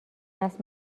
دست